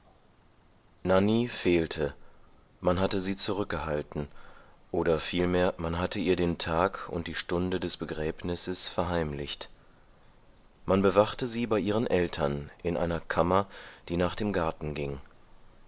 nanny fehlte man hatte sie zurückgehalten oder vielmehr man hatte ihr den tag und die stunde des begräbnisses verheimlicht man bewachte sie bei ihren eltern in einer kammer die nach dem garten ging